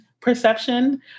perception